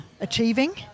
achieving